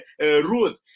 Ruth